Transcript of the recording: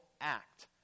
act